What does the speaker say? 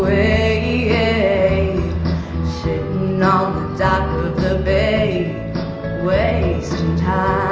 a shit not dock of the bay wastin time